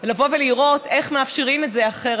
לבוא ולראות איך מאפשרים את זה אחרת.